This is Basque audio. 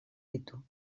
ditu